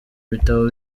ibitabo